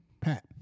Pat